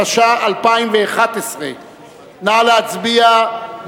התשע"א 2011. נא להצביע.